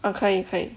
orh 可以可以